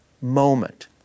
moment